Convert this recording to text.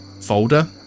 folder